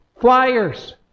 flyers